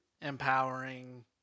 empowering